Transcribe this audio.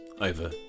over